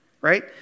right